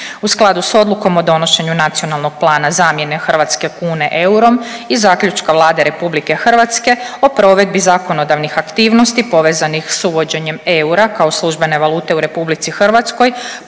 U skladu sa Odlukom o donošenju Nacionalnog plana zamjene hrvatske kune eurom i zaključka Vlade Republike Hrvatske o provedbi zakonodavnih aktivnosti povezanih sa uvođenjem eura kao službene valute u Republici Hrvatskoj